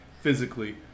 physically